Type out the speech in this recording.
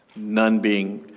none being.